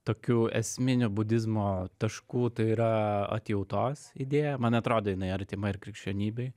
tokių esminių budizmo taškų tai yra atjautos idėja man atrodo jinai artima ir krikščionybei